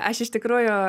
aš iš tikrųjų